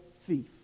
thief